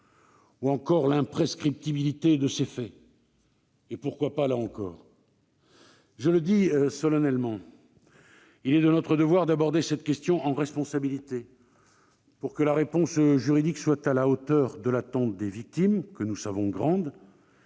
ou encore l'imprescriptibilité pour ces faits- pourquoi pas, là encore ? Je le dis solennellement, il est de notre devoir d'aborder cette question en responsabilité pour que la réponse juridique soit à la hauteur de l'attente des victimes que nous savons grande.